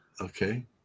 Okay